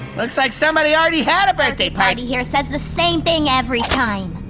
looks like somebody already had a birthday party here. says the same thing, every time.